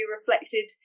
reflected